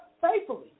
faithfully